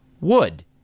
wood